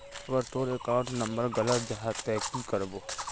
अगर तोर account number गलत जाहा ते की करबो?